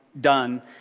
done